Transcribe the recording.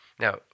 Now